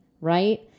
right